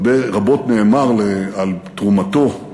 רבות נאמר על תרומתו,